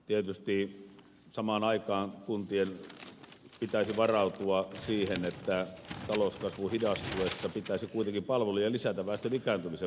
tietysti samaan aikaan kuntien pitäisi varautua siihen että talouskasvun hidastuessa pitäisi kuitenkin palveluja lisätä väestön ikääntymisen vuoksi